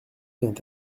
vient